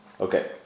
Okay